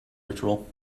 ritual